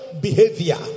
behavior